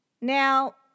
Now